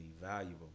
valuable